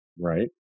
Right